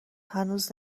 هنوز